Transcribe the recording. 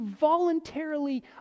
voluntarily